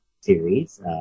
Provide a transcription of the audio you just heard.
series